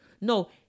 No